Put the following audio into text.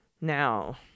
Now